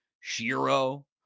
Shiro